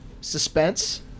suspense